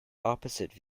opposite